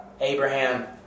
Abraham